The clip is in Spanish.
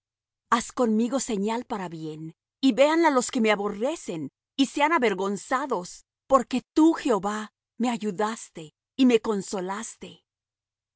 haz conmigo señal para bien y veánla los que me aborrecen y sean avergonzados porque tú jehová me ayudaste y me consolaste